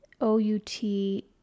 O-U-T